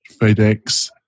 FedEx